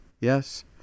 Yes